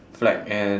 flag and